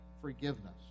forgiveness